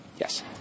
Yes